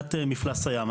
עליית מפלס הים,